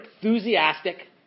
enthusiastic